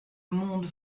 monde